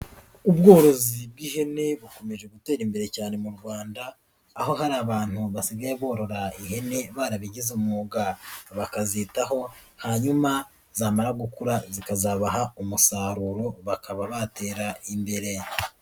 Ubworozi bw'ihene bukomeje gutera imbere cyane mu Rwanda, aho hari abantu basigaye borora ihene barabigize umwuga, bakazitaho hanyuma zamara gukura zikazabaha umusaruro bakaba batera imbere.